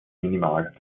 minimal